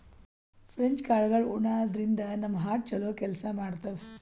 French ಕಾಳ್ಗಳ್ ಉಣಾದ್ರಿನ್ದ ನಮ್ ಹಾರ್ಟ್ ಛಲೋ ಕೆಲ್ಸ್ ಮಾಡ್ತದ್